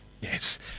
yes